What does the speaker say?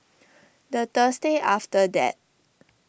the Thursday after that